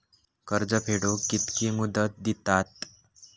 कर्ज फेडूक कित्की मुदत दितात?